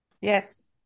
Yes